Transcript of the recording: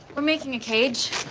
we're making a cage